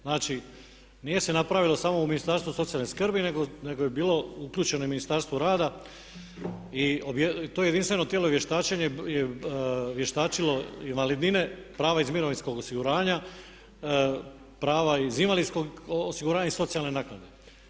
Znači, nije se napravilo samo u Ministarstvu socijalne skrbi nego je bilo uključeno i Ministarstvo rada i to je jedinstveno tijelo vještačenja je vještačilo invalidnine, prava iz mirovinskog osiguranja, prava iz invalidskog osiguranja i socijalne naknade.